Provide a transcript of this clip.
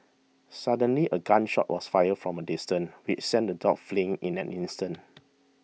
suddenly a gun shot was fired from a distance which sent the dogs fleeing in an instant